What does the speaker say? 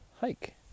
hike